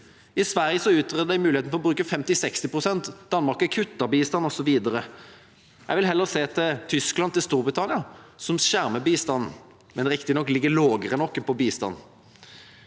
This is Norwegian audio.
I Sverige utredet de muligheten for å bruke 50–60 pst., Danmark har kuttet bistand, osv. Jeg vil heller se til Tyskland og Storbritannia, som skjermer bistanden, men riktignok ligger lavere enn oss på bistand.